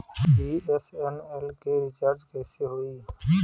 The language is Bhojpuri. बी.एस.एन.एल के रिचार्ज कैसे होयी?